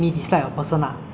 block the noise out lor